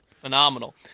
phenomenal